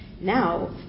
Now